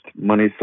money